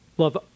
love